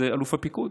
זה אלוף הפיקוד.